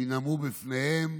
שינאמו בפניהם